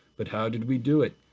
but how did we do it?